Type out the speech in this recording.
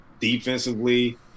defensively